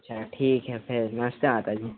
अच्छा ठीक है फिर नमस्ते माता जी